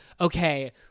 okay